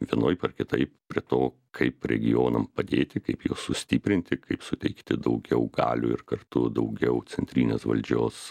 vienaip ar kitaip prie to kaip regionam padėti kaip juos sustiprinti kaip suteikti daugiau galių ir kartu daugiau centrinės valdžios